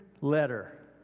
letter